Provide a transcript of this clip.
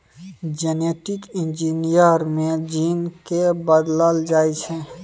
genetic engineering मे gene केँ बदलल जाइ छै